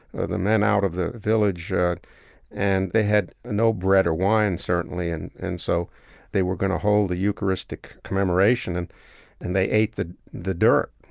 ah the men out of the village, and they had no bread or wine, certainly. and and so they were going to hold the eucharistic commemoration, and and they ate the the dirt.